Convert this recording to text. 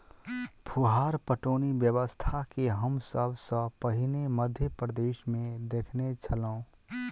फुहार पटौनी व्यवस्था के हम सभ सॅ पहिने मध्य प्रदेशमे देखने छलौं